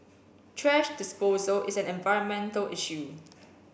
thrash disposal is an environmental issue